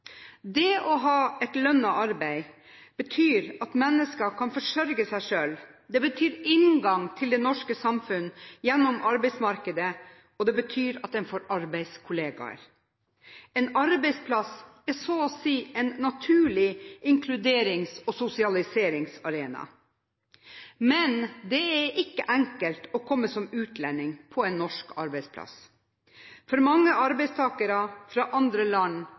Det å ha et lønnet arbeid betyr at mennesker kan forsørge seg selv, det betyr en inngang til det norske samfunn gjennom arbeidsmarkedet, og det betyr at en får arbeidskollegaer. En arbeidsplass er så å si en naturlig inkluderings- og sosialiseringsarena. Men det er ikke enkelt å komme som utlending på en norsk arbeidsplass. For mange arbeidstakere fra andre land